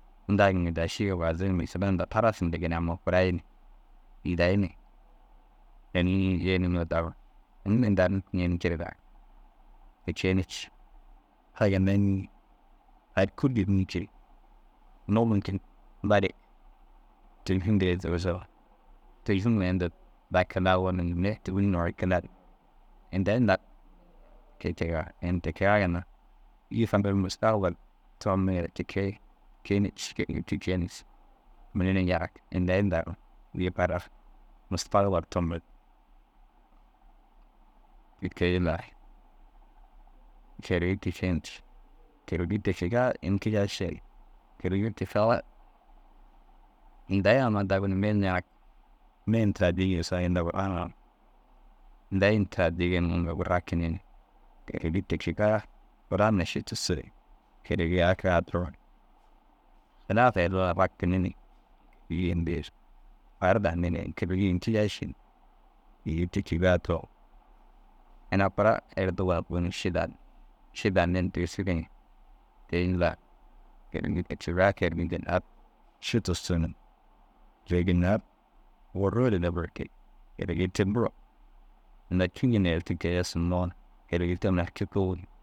Dagi daa šîge bazig ni «filan daa tarasi » ndigini amma gura i, inda i ni ini yinuroo dagu ru. Ini daa ru nûku ŋêni cii. A ginna ini ai kullir ñiki, nuu mûnkin balig telfun dire tigisoo telfuma inda dagi nawoo noore telfu numa indaa i nak te kega. In te kega ginna gii fanum mûstakbal tommuŋire ti kei. Ti kei ni cii mire ni ñarag indayi ni dagum gii farar mûstakbal tombi. Te ke jillar kêrigi tiken, kêrigi tekegaa in kijai ši kêrigi tekegaa indaa i amma dagum mire ni ñarag. Mire ini tira addi gisoo inda gur raŋim, indaa i ini tira addi geyin ŋoo gur rakinni ni kerigi te kegaa kûran ši tussu. Kêrigi a ka duro hilaafa eruuna rakinni ni far danni ni kerigi ini kijaaši ni ini te gaa duro ina kûra êrdigona guru ni ši dan. Ši danni tigisigi ni, te jillar ru kerigi te kega kêrigi ginnaar ši tussu ni kêrigi naar wûru ni nofer kee kerigi te bur nindaa cûu ginna keyessimoo kerigi te.